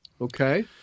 Okay